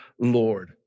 Lord